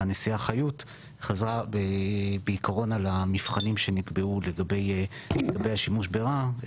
הנשיאה חיות חזרה בעיקרון על המבחנים שנקבעו לגבי השימוש לרעה